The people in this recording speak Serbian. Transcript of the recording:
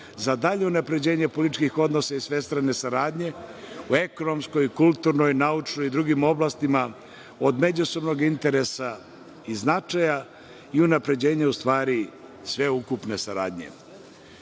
za dalje unapređenje političkih odnosa i svestrane saradnje u ekonomskoj, kulturnoj, naučnoj i drugim oblastima od međusobnog interesa i značaja i unapređenje u stvari sveukupne saradnje. Ukidanje